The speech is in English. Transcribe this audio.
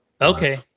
Okay